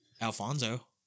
Alfonso